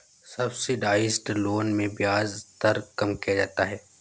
subsidised loan में ब्याज दर कम किया जाता है